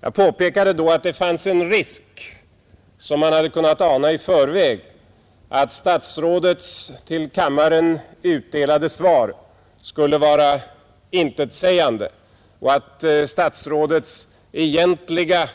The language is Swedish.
Jag påpekade då att det fanns en risk som man hade kunnat ana i förväg, att statsrådets till kammaren utdelade svar skulle vara intetsägande och att statsrådets egentliga